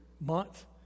month